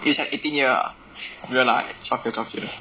is like eighteen year ah 没有 lah twelve year twelve year